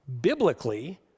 Biblically